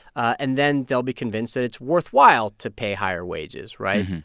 and then they'll be convinced that it's worthwhile to pay higher wages, right?